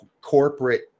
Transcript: corporate